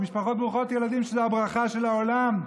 משפחות ברוכות ילדים זו הברכה של העולם,